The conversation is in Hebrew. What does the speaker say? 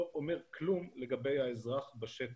לא אומר כלום לגבי האזרח בשטח.